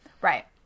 Right